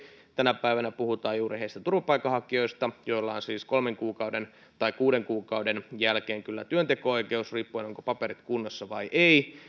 tänä päivänä puhutaan juuri niistä turvapaikanhakijoista joilla on siis kolmen kuukauden tai kuuden kuukauden jälkeen kyllä työnteko oikeus riippuen ovatko paperit kunnossa vai ei